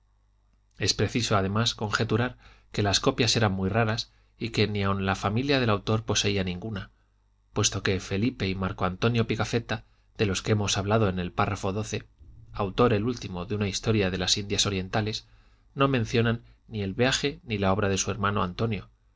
es preciso además conjeturar que las copias eran muy raras y que ni aun la familia del autor poseía ninguna puesto que felipe y marco antonio pigafetta de los que hemos hablado en el párrafo xii autor el último de una historia de las indias orientales no mencionan ni el viaje ni la obra de su hermano antonio